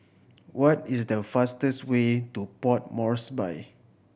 what is the fastest way to Port Moresby